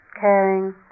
caring